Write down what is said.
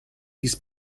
dies